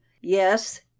Yes